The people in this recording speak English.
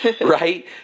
right